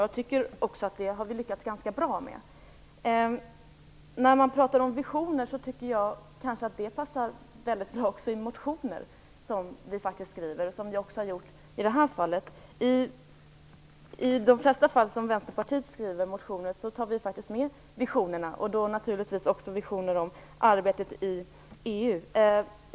Jag tycker också att vi har lyckats ganska bra med det. Jag tycker att visioner passar väldigt bra i motioner, som vi faktiskt skriver. Det har vi också gjort i detta fall. De flesta gånger Vänsterpartiet skriver motioner tar vi också med visionerna, och då naturligtvis också visioner om arbetet i EU.